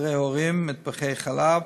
חדרי הורים, מטבחי חלב